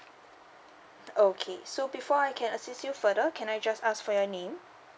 okay so before I can assist you further can I just ask for your name